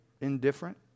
indifferent